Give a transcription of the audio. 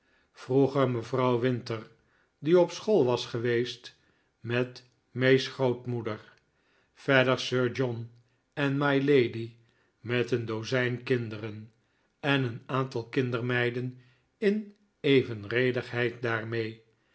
mevrouw winter die op school was geweest met may's grootmoeder verder sir john en mylady met een dozijn kinderen en een aantal kindermeiden in evenredigheid daarmee